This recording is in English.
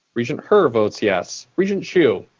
regent her votes yes. regent hsu?